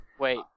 Wait